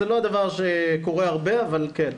זה לא דבר שקורה הרבה, אבל כן.